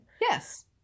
Yes